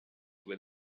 where